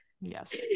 yes